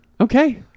Okay